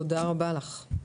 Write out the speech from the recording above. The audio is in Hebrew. תודה רבה לך.